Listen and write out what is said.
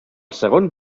segon